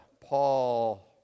Paul